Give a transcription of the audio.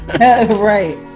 Right